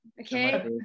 Okay